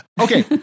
Okay